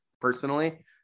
personally